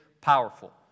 powerful